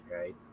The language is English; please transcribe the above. right